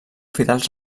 fidels